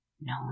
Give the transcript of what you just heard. No